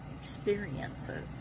experiences